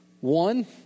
one